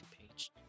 page